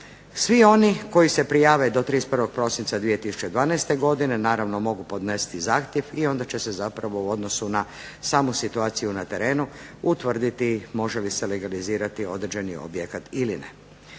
Svi oni koji se prijave do 31. prosinca 2012. godine naravno mogu podnesti zahtjev i onda će se zapravo u odnosu na samu situaciju na terenu utvrditi može li se legalizirati određeni objekt ili ne.